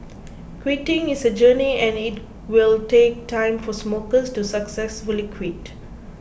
quitting is a journey and it will take time for smokers to successfully quit